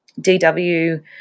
DW